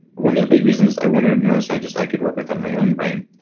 one of the big reasons. i wanted a neuroscientist i could work with on my own brain.